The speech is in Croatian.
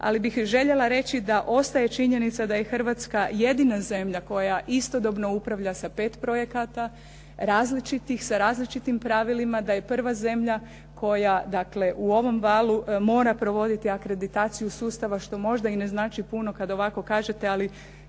Ali bih željela reći da ostaje činjenica da je Hrvatska jedina zemlja koja istodobno upravlja sa pet projekata različitih, sa različitim pravilima, da je prva zemlja koja dakle u ovom valu mora provoditi akreditaciju sustava što možda i ne znači puno kad ovako kažete. Ali